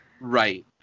Right